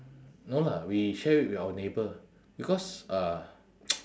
no lah we share with our neighbour because uh